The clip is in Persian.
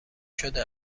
شده